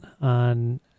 on